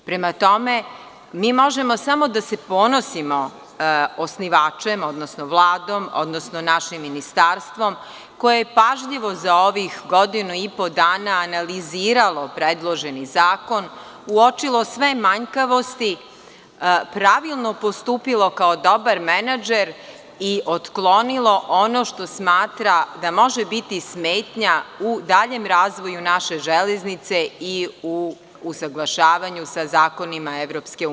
Prema tome, mi možemo samo da se ponosimo osnivačem, odnosno Vladom, odnosno našim Ministarstvom koje je pažljivo za ovih godinu i po dana analiziralo predloženi zakon, uočilo sve manjkavosti, pravilno postupilo kao dobar menadžer i otklonilo ono što smatra da može biti smetnja u daljem razvoju naše železnice i u usaglašavanju sa zakonima EU.